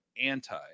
anti